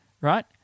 right